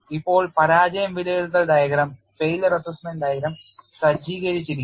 ഇപ്പോൾ പരാജയം വിലയിരുത്തൽ ഡയഗ്രം സജ്ജീകരിച്ചിരിക്കുന്നു